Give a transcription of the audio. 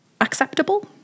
acceptable